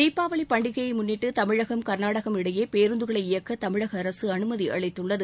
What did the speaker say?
தீபாவளி பண்டிகையை முன்னிட்டு தமிழகம் கர்நாடகம் இடையே பேருந்துகளை இயக்க தமிழக அரசு அனுமதி அளித்துள்ளது